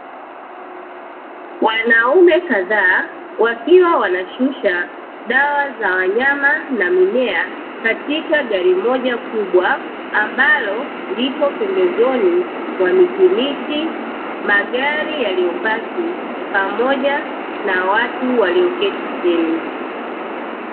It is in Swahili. Wanaume kadhaa wakiwa wanashusha dawa za wanyama na mimea katika gari moja kubwa, ambalo lipo pembezoni mwa mitimiti, magari yaliyopaki pamoja na watu walioketi chini.